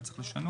מה צריך לשנות,